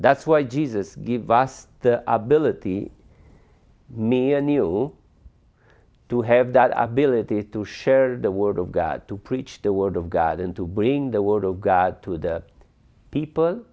that's why jesus gave us the ability me a new to have that ability to share the word of god to preach the word of god and to bring the word of god to the people